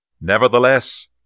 Nevertheless